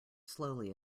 slowly